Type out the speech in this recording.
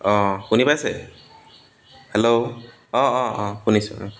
অঁ শুনি পাইছে হেল্লো অঁ অঁ অঁ শুনিছোঁ